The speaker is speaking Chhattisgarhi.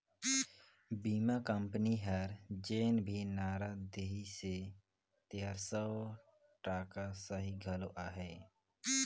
बीमा कंपनी हर जेन भी नारा देहिसे तेहर सौ टका सही घलो अहे